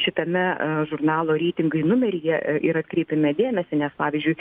šitame žurnalo reitingai numeryje ir atkreipiame dėmesį nes pavyzdžiui